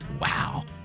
wow